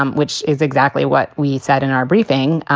um which is exactly what we said in our briefing.